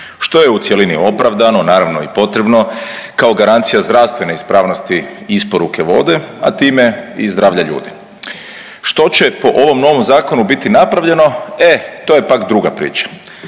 što je u cjelini opravdano, naravno i potrebno, kao garancija zdravstvene ispravnosti isporuke vode, a time i zdravlja ljudi. Što će po ovom novom Zakonu biti napravljeno? E to je pak druga priča?